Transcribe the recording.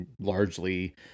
largely